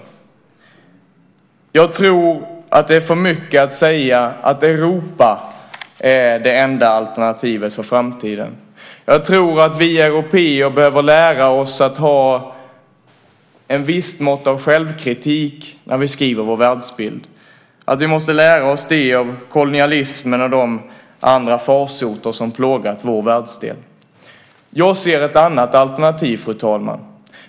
Jag tror att det är för mycket att säga att Europa är det enda alternativet för framtiden. Jag tror att vi européer behöver lära oss att ha ett visst mått av självkritik när vi formulerar vår världsbild. Vi måste lära oss det av kolonialismen och de andra farsoter som plågat vår världsdel. Jag ser ett annat alternativ, fru talman.